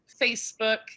Facebook